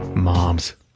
moms,